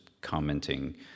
commenting